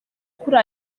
kuri